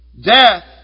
Death